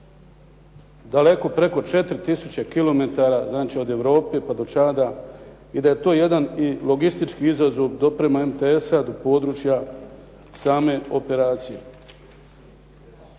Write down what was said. daleko preko 4000 km znači od Europe pa do Čada i da je to jedan logistički izazov dopreme MTS-a do područja same operacije.